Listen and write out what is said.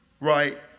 right